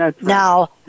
Now